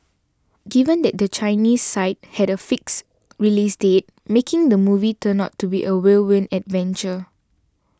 given that the Chinese side had a fixed release date making the movie turned out to be a whirlwind adventure